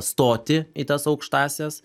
stoti į tas aukštąsias